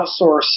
outsource